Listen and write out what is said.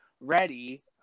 ready